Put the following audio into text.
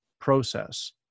process